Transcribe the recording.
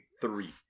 three